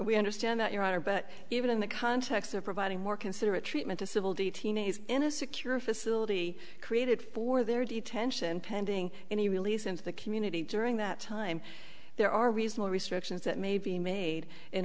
we understand that your honor but even in the context of providing more considerate treatment to civil detainee's in a secure facility created for their detention pending any release into the community during that time there are reasonable restrictions that may be made in